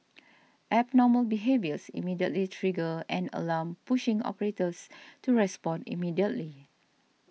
abnormal behaviours immediately trigger an alarm pushing operators to respond immediately